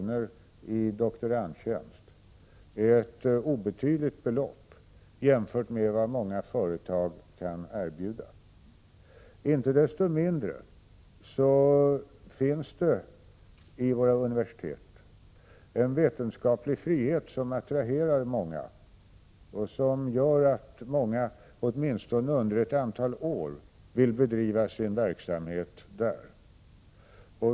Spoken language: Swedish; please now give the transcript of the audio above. för en doktorandtjänst är ett obetydligt belopp jämfört med vad många företag kan erbjuda. Inte desto mindre finns det i våra universitet en vetenskaplig frihet, som attraherar många och som gör att många åtminstone under ett antal år vill bedriva sin verksamhet där.